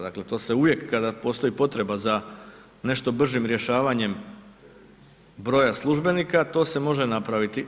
Dakle to se uvijek kada postoji potreba za nešto bržim rješavanjem broja službenika, to se može napraviti.